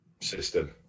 system